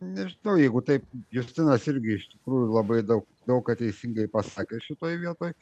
nežinau jeigu taip justinas irgi iš tikrųjų labai daug daug ką teisingai pasakė šitoj vietoj